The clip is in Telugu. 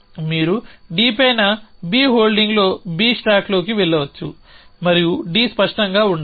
మీరు D పైనB హోల్డింగ్లో B స్టాక్లోకి వెళ్లవచ్చు మరియు D స్పష్టంగా ఉండాలి